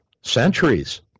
centuries